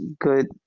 good